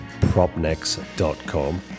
propnex.com